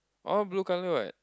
all blue color what